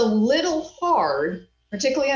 a little harder particularly